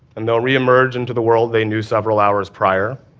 and they'll reemerge into the world they knew several hours prior.